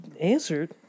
answered